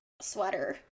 sweater